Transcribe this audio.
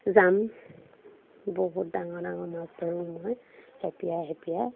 যাম বহুত ডাঙৰ ডাঙৰ মাছ ধৰোঁ মই খেপিয়াই খেপিয়াই